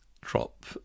drop